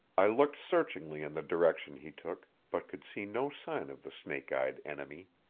i looked searchingly in the direction he took, but could see no sign of the snake-eyed enemy.